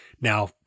now